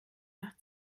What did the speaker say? nach